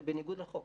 זה בניגוד לחוק.